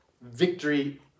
Victory